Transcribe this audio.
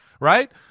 Right